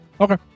Okay